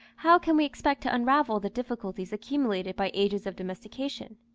how can we expect to unravel the difficulties accumulated by ages of domestication?